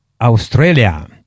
Australia